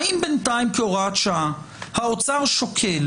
האם בינתיים כהוראת שעה האוצר שוקל